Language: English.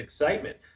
excitement